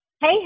Hey